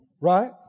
right